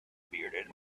bearded